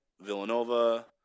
Villanova